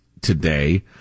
today